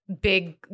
big